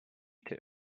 two